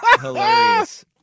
hilarious